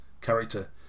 character